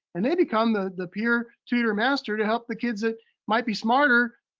and they become the the peer tutor master to help the kids that might be smarter,